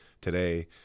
today